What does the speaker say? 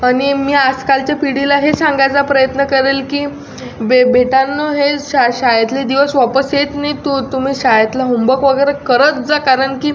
आणि मी आसकालच्या पिढीला हे सांगायचा प्रयत्न करेल की बे बेटांनो हे शा शाळेतले दिवस वापस येत नाहीत तू तुम्ही शाळेतला होमवक वगैरे करत जा कारण की